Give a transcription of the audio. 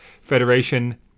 Federation